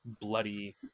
bloody